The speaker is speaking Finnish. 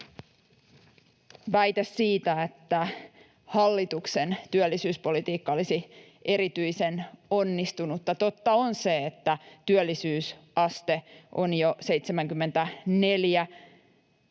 väite siitä, että hallituksen työllisyyspolitiikka olisi erityisen onnistunutta? Totta on se, että työllisyysaste on jo 74.